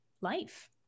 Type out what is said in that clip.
life